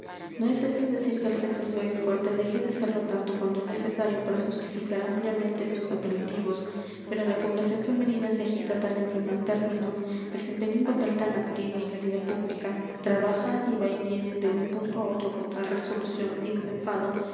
no es esto decir que el sexo feo y fuerte deje de serlo tanto cuanto es necesario para justificar ampliamente estos apelativos pero la población femenina se agita tan en primer término desempeña un papel tan activo en la vida pública trabaja y va y viene de un punto á otro con tal resolución y desenfado